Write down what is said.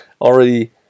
already